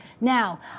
Now